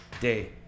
day